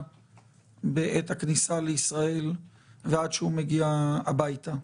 בעת הכניסה לישראל ועד שהוא מגיע הביתה?